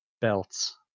belts